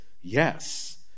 Yes